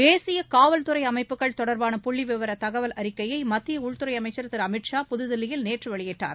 தேசிய காவல்துறை அமைப்புகள் தொடர்பான புள்ளி விவர தகவல் அறிக்கையை மத்திய உள்துறை அமைச்சர் திரு அமித் ஷா புதுதில்லியில் நேற்று வெளியிட்டார்